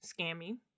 scammy